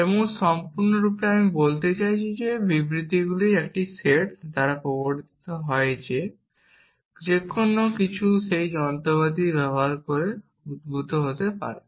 এবং সম্পূর্ণরূপে আমরা বলতে চাইছি যে বিবৃতিগুলির একটি সেট দ্বারা প্রবর্তিত যে কোনও কিছু সেই যন্ত্রপাতি ব্যবহার করে উদ্ভূত হতে পারে